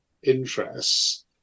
interests